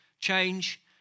change